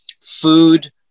food